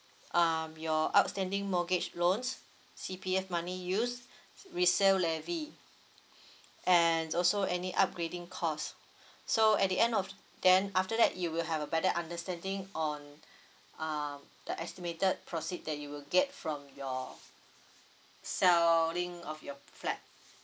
um your outstanding mortgage loans C_P_F money use resale levy and also any upgrading cost so at the end of then after that you will have a better understanding on uh the estimated proceed that you get from your selling of your flat